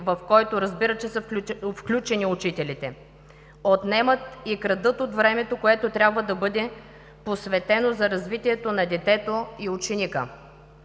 в който са включени учителите, отнемат и крадат от времето, което трябва да бъде посветено за развитието на детето и ученика.